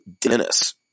Dennis